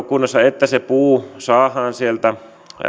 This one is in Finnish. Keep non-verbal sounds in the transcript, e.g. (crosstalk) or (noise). (unintelligible) kunnossa että se puu saadaan sieltä